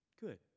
Good